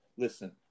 listen